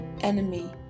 enemy